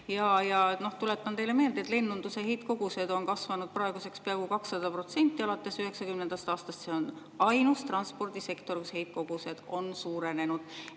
Tuletan teile meelde, et lennunduse heitkogused on kasvanud praeguseks peaaegu 200% alates 1990. aastast. See on ainus transpordisektor, kus heitkogused on suurenenud.